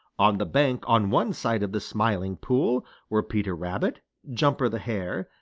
on the bank on one side of the smiling pool were peter rabbit, jumper the hare,